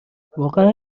واقعا